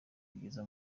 kugeza